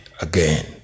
again